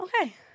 Okay